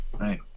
Right